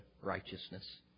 righteousness